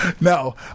No